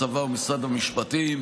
הצבא ומשרד המשפטים,